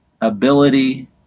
ability